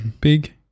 Big